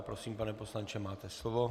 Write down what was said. Prosím, pane poslanče, máte slovo.